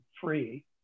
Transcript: free